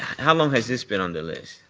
how long has this been on the list?